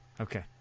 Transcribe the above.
Okay